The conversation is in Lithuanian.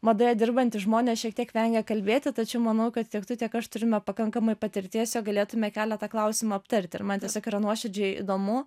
madoje dirbantys žmonės šiek tiek vengia kalbėti tačiau manau kad tiek tu tiek aš turime pakankamai patirties jog galėtume keletą klausimų aptarti ir man tiesiog yra nuoširdžiai įdomu